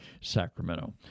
Sacramento